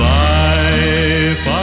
life